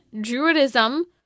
Druidism